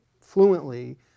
fluently